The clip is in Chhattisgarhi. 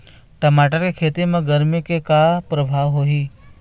टमाटर के खेती म गरमी के का परभाव होही?